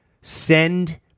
Send